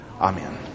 Amen